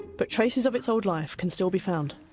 but traces of its old life can still be found.